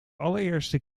allereerste